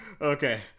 Okay